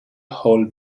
hall